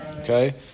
Okay